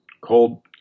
cold